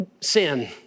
sin